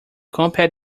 compare